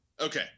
Okay